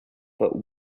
but